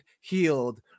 healed